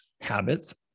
habits